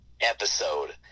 episode